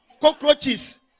Cockroaches